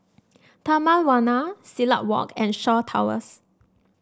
Taman Warna Silat Walk and Shaw Towers